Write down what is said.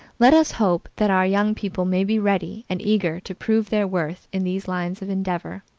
let us hope that our young people may be ready and eager to prove their worth in these lines of endeavor.